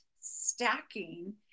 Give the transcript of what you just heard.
stacking